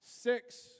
Six